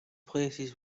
places